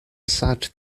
sad